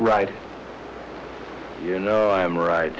right you know i'm right